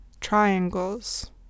Triangles